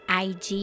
ig